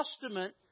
Testament